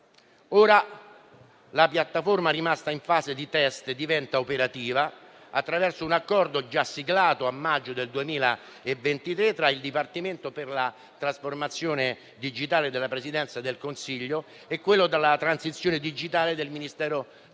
Ora, la piattaforma rimasta in fase di test diventa operativa attraverso un accordo già siglato nel maggio del 2023 tra il Dipartimento per la trasformazione digitale della Presidenza del Consiglio e quello per la transizione digitale del Ministero della